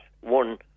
one